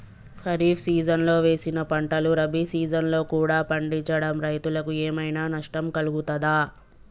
ఖరీఫ్ సీజన్లో వేసిన పంటలు రబీ సీజన్లో కూడా పండించడం రైతులకు ఏమైనా నష్టం కలుగుతదా?